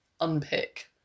unpick